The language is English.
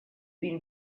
been